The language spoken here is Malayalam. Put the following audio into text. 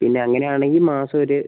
പിന്ന അങ്ങനെ ആണെങ്കിൽ മാസം ഒര്